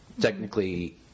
technically